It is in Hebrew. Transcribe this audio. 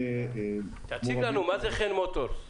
מה זה חן מוטורס?